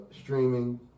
streaming